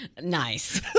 Nice